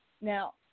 Now